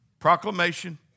Proclamation